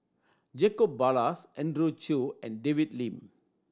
Jacob Ballas Andrew Chew and David Lim